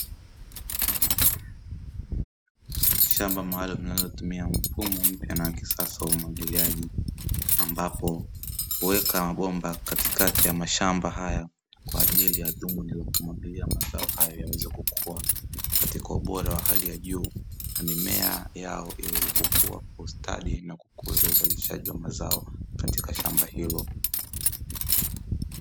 Shamba maalumu linalotumia mfumo mpya na wa kisasa wa umwagiliaji ambapo huweka mabomba katikati ya mashamba haya, kwajili ya dhumuni la kumwagilia mazao hayo yaweze kukua katika ubora wa hali ya juu na mimea yao iweze kukua kwa ustadi na kukuza uzalishaji wa mazao katika shamba hilo.